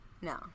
No